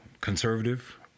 conservative